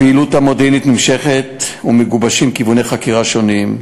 הפעילות המודיעינית נמשכת ומגובשים כיווני חקירה שונים.